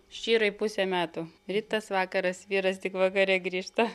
šyrai pusę metų rytas vakaras vyras tik vakare grįžta